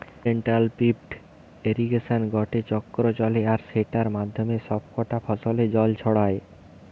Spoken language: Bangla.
সেন্ট্রাল পিভট ইর্রিগেশনে গটে চক্র চলে আর সেটার মাধ্যমে সব কটা ফসলে জল ছড়ায়